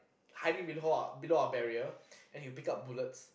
hiding below our below our barrier then he will pick up bullets